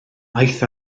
aeth